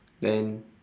then